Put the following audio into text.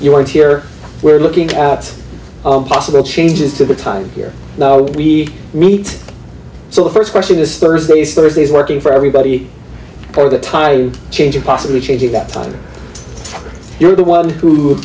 you weren't here we're looking at possible changes to the time here now that we meet so the first question is thursday's thursday's working for everybody or the time change or possibly changing that you're the one who